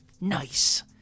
Nice